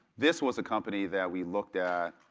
this was a company that we looked at,